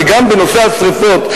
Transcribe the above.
שגם בנושא השרפות,